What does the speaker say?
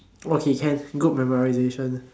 okay can good memorisation